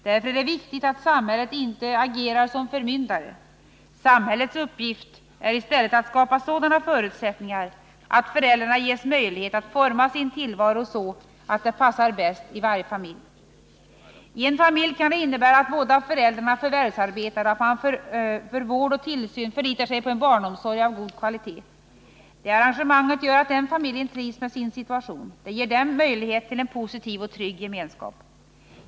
Därför är det viktigt att samhället inte agerar som förmyndare. Samhällets uppgift är i stället att skapa sådana förutsättningar att föräldrarna ges möjlighet att forma sin tillvaro som det bäst passar varje familj. I en familj kan det innebära att båda föräldrarna förvärvsarbetar och att man för vård och tillsyn förlitar sig på en barnomsorg av god kvalitet. Det arrangemanget gör att den familjen trivs med sin situation. Det ger den möjlighet till en positiv och trygg gemenskap.